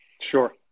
Sure